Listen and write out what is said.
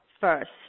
first